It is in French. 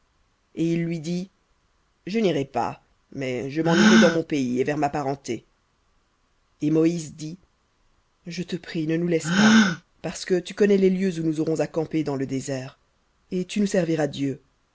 et il lui dit je n'irai pas mais je m'en irai dans mon pays et vers ma parenté et dit je te prie ne nous laisse pas parce que tu connais les lieux où nous aurons à camper dans le désert et tu nous serviras d'yeux